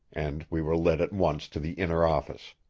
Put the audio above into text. and we were led at once to the inner office.